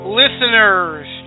listeners